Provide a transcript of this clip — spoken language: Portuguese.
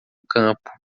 campo